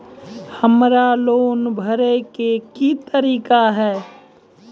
हमरा लोन भरे के की तरीका है?